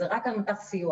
זה רק על מט"ח סיוע.